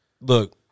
look